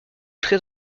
très